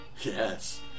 Yes